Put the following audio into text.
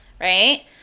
Right